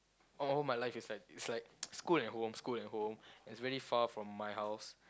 all all my life is like is like school and home school and home it's very far from my house